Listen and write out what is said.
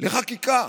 זו חקיקה,